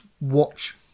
watch